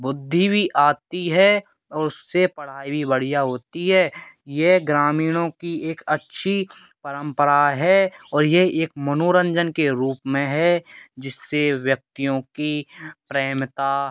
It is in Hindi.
बुद्धि भी आती है और उससे पढ़ाई भी बढ़िया होती है ये ग्रामीणों की एक अच्छी परम्परा है और ये एक मनोरंजन के रूप में है जिससे व्यक्तियों की प्रेमता